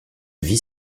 vit